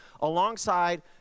alongside